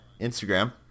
Instagram